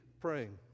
praying